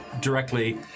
directly